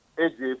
Egypt